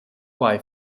quai